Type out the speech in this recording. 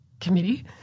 Committee